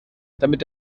damit